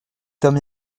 homme